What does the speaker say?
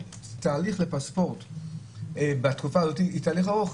תהליך לדרכון בתקופה הזאת הוא תהליך ארוך.